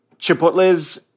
chipotles